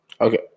Okay